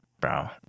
bro